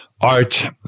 art